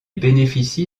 bénéficie